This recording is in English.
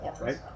right